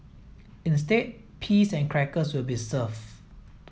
instead peas and crackers will be served